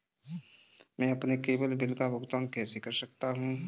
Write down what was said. मैं अपने केवल बिल का भुगतान कैसे कर सकता हूँ?